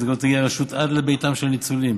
שבמסגרתו תגיע הרשות עד לביתם של הניצולים,